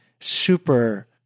super